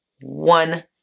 one